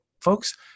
folks